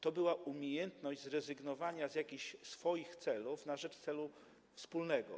To była umiejętność zrezygnowania z jakichś swoich celów na rzecz celu wspólnego.